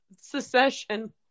secession